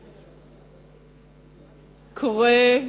קורה,